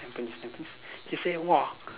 Tampines Tampines she say !wah!